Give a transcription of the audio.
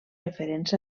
referents